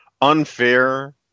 unfair